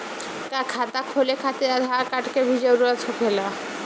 का खाता खोले खातिर आधार कार्ड के भी जरूरत होखेला?